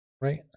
right